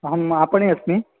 अहम् आपणे अस्मि